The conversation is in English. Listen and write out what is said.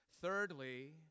Thirdly